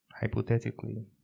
hypothetically